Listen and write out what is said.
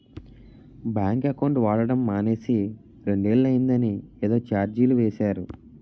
bank account వాడడం మానేసి రెండేళ్ళు అయిందని ఏదో చార్జీలు వేసేరు